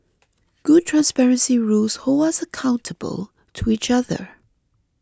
good transparency rules hold us accountable to each other